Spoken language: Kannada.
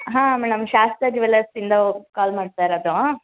ಹಾಂ ಮೇಡಮ್ ಶಾಸ್ತ ಜ್ಯುವೆಲರ್ಸಿಂದ ಕಾಲ್ ಮಾಡ್ತಾ ಇರೋದು